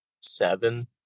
seven